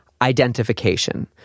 Identification